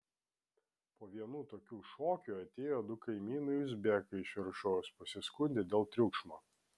po vienų tokių šokių atėjo du kaimynai uzbekai iš viršaus pasiskundė dėl triukšmo